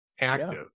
active